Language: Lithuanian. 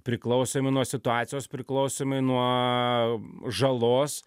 priklausomai nuo situacijos priklausomai nuo žalos